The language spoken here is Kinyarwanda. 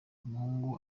umuhungu